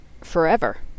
forever